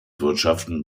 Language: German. wirtschaften